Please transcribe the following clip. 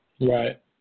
Right